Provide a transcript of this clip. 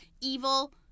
evil